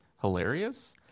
hilarious